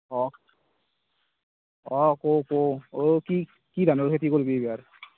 অঁ অঁ কওঁ কওঁ অ' কি কি ধানৰ খেতি কৰবি এইবাৰ